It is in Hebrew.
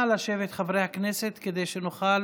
נא לשבת, חברי הכנסת, כדי שנוכל